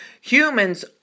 humans